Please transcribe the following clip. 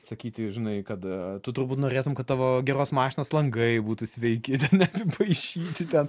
sakyti žinai kad tu turbūt norėtum kad tavo geros mašinos langai būtų sveiki nepripaišyti ten